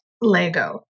Lego